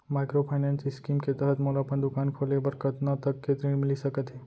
Microfinance scheme के तहत मोला अपन दुकान खोले बर कतना तक के ऋण मिलिस सकत हे?